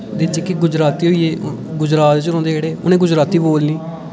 ते जेह्के गुजराती होई गे गुजरात च रौंह्दे जेहड़े उ'नें गुजराती बोलनी